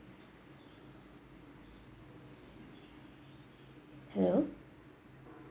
hello